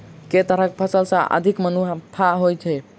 केँ तरहक फसल सऽ अधिक मुनाफा होइ छै?